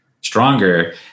stronger